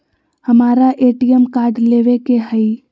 हमारा ATM card लेव के हई